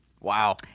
Wow